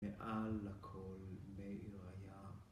מעל הכל בעיר היה